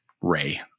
Ray